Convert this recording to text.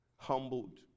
humbled